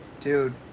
dude